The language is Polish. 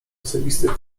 osobistych